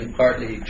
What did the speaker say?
partly